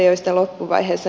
värderade talman